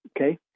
Okay